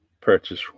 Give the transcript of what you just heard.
purchase